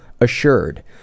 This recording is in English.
Assured